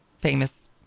famous